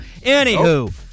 anywho